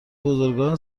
بزرگان